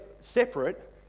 separate